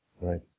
Right